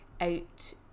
out